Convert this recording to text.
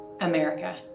America